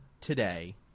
today